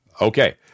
Okay